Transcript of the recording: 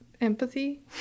Empathy